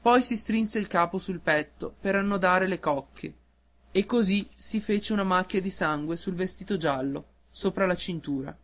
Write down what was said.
poi si strinse il capo sul petto per annodare le cocche e così si fece una macchia di sangue sul vestito giallo sopra la cintura